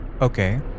Okay